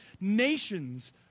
nations